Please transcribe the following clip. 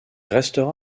restera